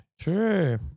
True